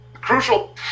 crucial